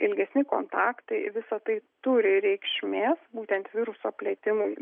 ilgesni kontaktai visa tai turi reikšmės būtent viruso plitimui